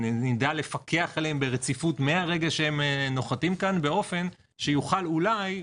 נדע לפקח עליהם ברציפות מהרגע שהם נוחתים כאן באופן שיוכל אולי,